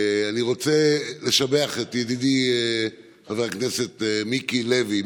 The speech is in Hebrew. אני רוצה לשבח את ידידי חבר הכנסת מיקי לוי.